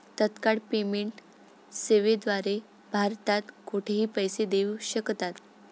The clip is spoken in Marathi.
तत्काळ पेमेंट सेवेद्वारे भारतात कुठेही पैसे देऊ शकतात